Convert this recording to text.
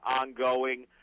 ongoing